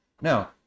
now